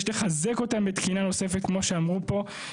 יש לחזק אותם בתקינה נוספת כמו שאמרו פה,